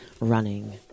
Running